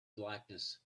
blackness